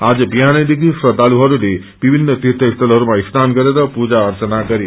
आज बिहानैदेखि श्रदालुहरूले विभिन्न तीर्यस्थलहरूमा स्नान गरेर पजू अर्चना गरे